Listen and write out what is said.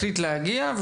החליט להגיע,